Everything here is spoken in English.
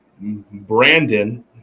Brandon